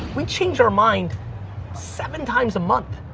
we change our mind seven times a month.